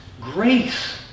grace